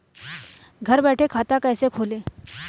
घर बैठे खाता कैसे खोलें?